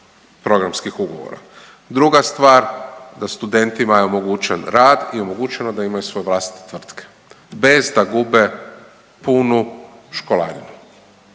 programskih ugovora. Druga stvar da studentima je omogućen rad i omogućeno da imaju svoje vlastite tvrtke bez da gube punu školarinu,